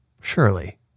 Surely